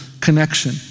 connection